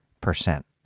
percent